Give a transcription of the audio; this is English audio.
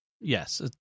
Yes